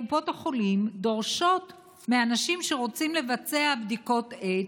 קופות החולים דורשות פרטים מאנשים שרוצים לבצע בדיקות איידס,